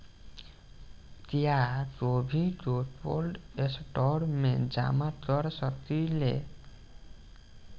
क्या गोभी को कोल्ड स्टोरेज में जमा कर सकिले?